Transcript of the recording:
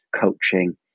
coaching